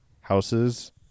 houses